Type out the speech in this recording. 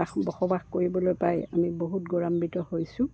বাস বসবাস কৰিবলৈ পাই আমি বহুত গৌৰৱান্বিত হৈছোঁ